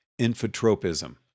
infotropism